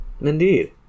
Indeed